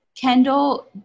Kendall